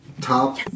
top